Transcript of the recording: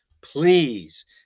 please